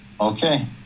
Okay